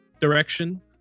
direction